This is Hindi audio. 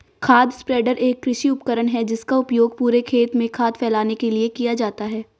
खाद स्प्रेडर एक कृषि उपकरण है जिसका उपयोग पूरे खेत में खाद फैलाने के लिए किया जाता है